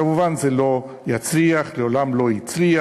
כמובן, זה לא יצליח, לעולם לא הצליח,